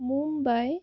Mumbai